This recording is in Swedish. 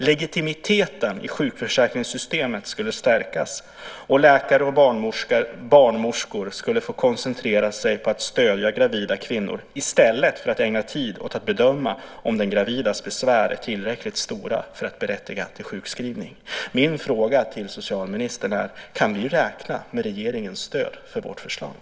Legitimiteten i sjukförsäkringssystemet skulle stärkas, och läkare och barnmorskor skulle få koncentrera sig på att stödja gravida kvinnor i stället för att ägna tid åt att bedöma om den gravidas besvär är tillräckligt stora för att berättiga till sjukskrivning. Min fråga till socialministern är: Kan vi räkna med regeringens stöd för vårt förslag?